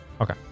Okay